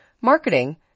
marketing